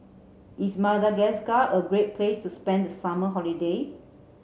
is Madagascar a great place to spend the summer holiday